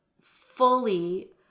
fully